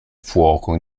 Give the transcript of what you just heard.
fuoco